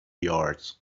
yards